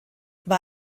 war